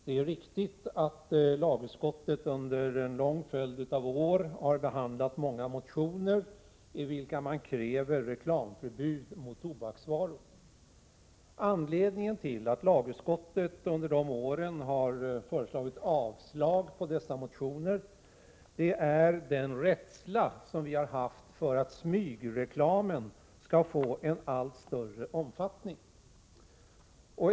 Herr talman! Det är riktigt att lagutskottet under en lång följd av år har behandlat många motioner i vilka det har krävts förbud mot reklam för tobaksvaror. Anledningen till att lagutskottet under dessa år har föreslagit avslag på dessa motioner är den rädsla som vi har haft för att smygreklamen skall få en allt större omfattning.